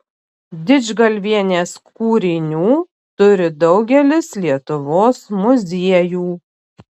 didžgalvienės kūrinių turi daugelis lietuvos muziejų